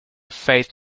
faith